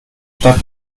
stadt